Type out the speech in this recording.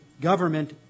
government